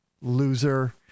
Loser